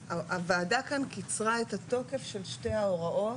הוועדה כאן קיצרה את התוקף של שתי ההוראות.